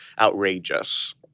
outrageous